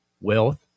wealth